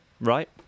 right